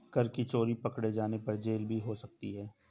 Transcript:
कर की चोरी पकडे़ जाने पर जेल भी हो सकती है